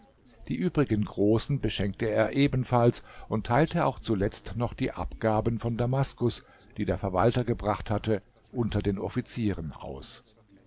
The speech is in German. die übrigen großen beschenkte er ebenfalls und teilt auch zuletzt noch die abgaben von damaskus die der verwalter gebracht hatte unter den offizieren aus